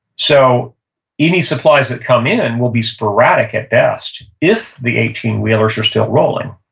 so any supplies that come in and will be sporadic at best, if the eighteen wheelers are still rolling